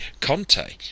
Conte